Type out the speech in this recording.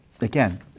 again